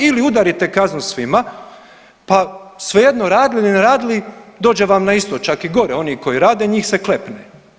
Ili udarite kaznu svima pa svejedno, radili, ne radili, dođe vam na isto, čak i gore, oni koji rade, njih se klepne.